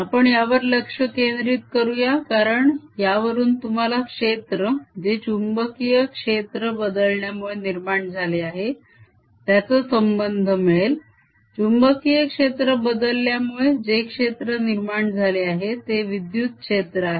आपण यावर लक्ष केंद्रित करूया कारण यावरून तुम्हाला क्षेत्र जे चुंबकीय क्षेत्र बदलण्यामुळे निर्माण झाले आहे त्याचा संबंध मिळेल चुंबकीय क्षेत्र बदलल्यामुळे जे क्षेत्र निर्माण झाले आहे ते विद्युत क्षेत्र आहे